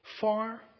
Far